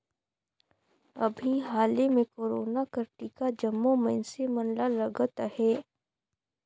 अभीं हाले में कोरोना कर टीका जम्मो मइनसे मन ल लगत अहे